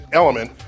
element